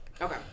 Okay